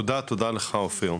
תודה לך עומרי,